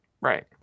Right